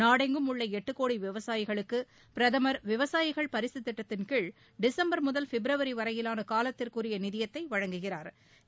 நாடெங்கும் உள்ள எட்டு கோடி விவசாயிகளுக்கு பிரதமர் விவசாயிகள் பரிசு திட்டத்தின் கீழ் டிசம்பர் முதல் பிப்ரவரி வரையிலான காலத்திற்கு உரிய நிதியத்தை வழங்குகிறாா்